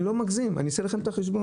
אני לא מגזים, אעשה לכם את החשבון.